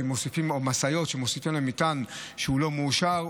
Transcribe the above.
משאיות שמוסיפים להן מטען שהוא לא מאושר,